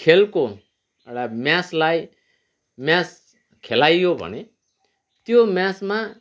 खेलको एउटा म्याचलाई म्याच खेलाइयो भने त्यो म्याचमा